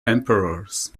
emperors